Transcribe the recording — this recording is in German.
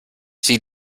sie